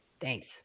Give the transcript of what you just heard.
Thanks